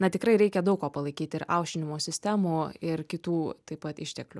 na tikrai reikia daug ko palaikyt ir aušinimo sistemų ir kitų taip pat išteklių